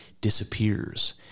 disappears